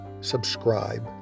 subscribe